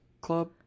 Club